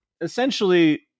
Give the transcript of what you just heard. essentially